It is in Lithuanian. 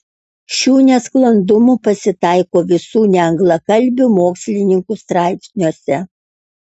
šių nesklandumų pasitaiko visų neanglakalbių mokslininkų straipsniuose